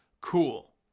Cool